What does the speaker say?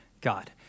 God